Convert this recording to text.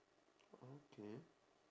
okay